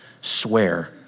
swear